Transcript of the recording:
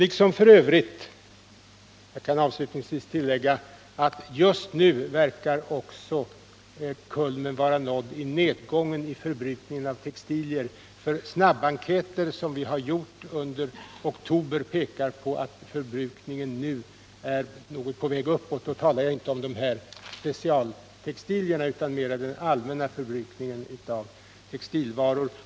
Avslutningsvis kan jag tillägga att just nu verkar också kulmen vara nådd när det gäller nedgången av förbrukningen av textilier. Snabbenkäter som vi har gjort under oktober pekar på att förbrukningen nu är på väg uppåt. Då talar jag inte om specialtextilierna utan om den mer allmänna förbrukningen av textilvaror.